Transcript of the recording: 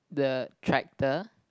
the tractor